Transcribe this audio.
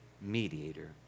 mediator